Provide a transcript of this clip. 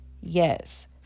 yes